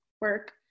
work